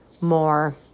more